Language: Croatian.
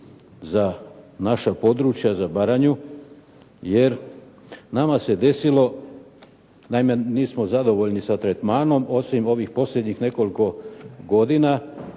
za naša područja, za Baranju jer nama se desilo, naime nismo zadovoljni sa tretmanom osim ovih posljednjih nekoliko godina